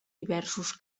diversos